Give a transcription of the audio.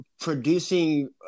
producing